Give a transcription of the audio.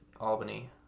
albany